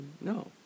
No